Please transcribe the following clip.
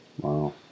Wow